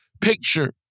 picture